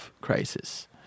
crisis